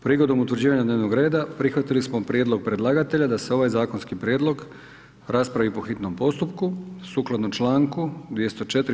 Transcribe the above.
Prilikom utvrđivanja dnevnog reda prihvatili smo prijedlog predlagatelja da se ovaj zakonski prijedlog raspravi po hitnom postupku sukladno čl. 204.